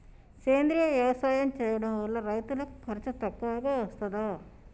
సేంద్రీయ వ్యవసాయం చేయడం వల్ల రైతులకు ఖర్చు తక్కువగా వస్తదా?